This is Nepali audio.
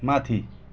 माथि